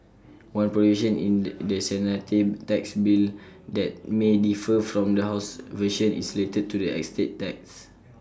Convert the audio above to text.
one provision in the Senate tax bill that may differ from the House's version is related to the estate tax